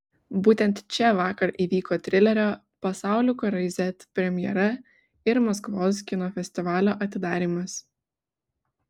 būtent čia vakar įvyko trilerio pasaulių karai z premjera ir maskvos kino festivalio atidarymas